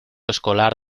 escolar